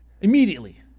Immediately